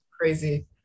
Crazy